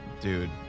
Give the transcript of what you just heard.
Dude